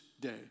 day